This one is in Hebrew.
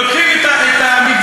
לוקחים את המגזר,